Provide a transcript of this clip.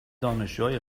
دانشجوهای